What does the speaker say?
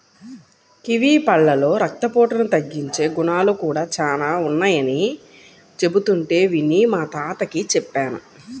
kiwi పళ్ళలో రక్తపోటును తగ్గించే గుణాలు కూడా చానా ఉన్నయ్యని చెబుతుంటే విని మా తాతకి చెప్పాను